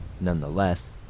Nonetheless